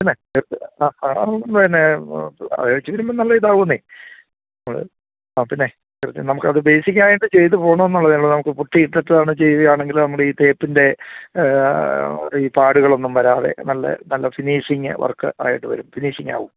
പിന്നെ അത് ചെയ്ത് വരുമ്പം നല്ല ഇതാകുന്നത് മ് ആ പിന്നെ നമുക്ക് അത് ബെയിസിക്കായിട്ട് ചെയ്ത് പോകണമെന്ന് ഉള്ളത് ഉള്ളു നമുക്ക് പുട്ടി ഇട്ടിട്ട് വേണേൽ ചെയ്യാം ആണെങ്കിൽ നമ്മുടെ ഈ തേപ്പിന്റെ ഈ പാടുകളൊന്നും വരാതെ നല്ല നല്ല ഫിനിഷിങ് വർക്ക് ആയിട്ട് വരും ഫിനിഷിങ് ആകും